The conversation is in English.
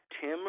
Tim